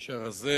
והאיש הרזה,